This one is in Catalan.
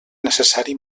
necessari